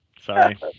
Sorry